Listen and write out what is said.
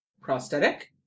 Prosthetic